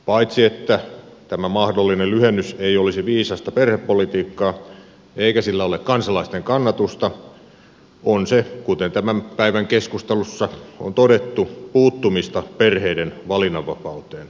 paitsi että tämä mahdollinen lyhennys ei olisi viisasta perhepolitiikkaa eikä sillä ole kansalaisten kannatusta on se kuten tämän päivän keskustelussa on todettu puuttumista perheiden valinnanvapauteen